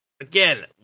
again